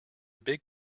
big